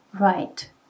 Right